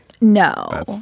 No